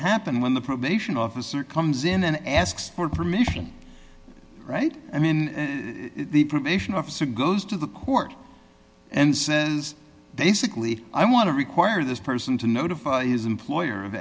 happen when the probation officer comes in and asks for permission right and then the probation officer goes to the court and says basically i want to require this person to notify his employer of